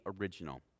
original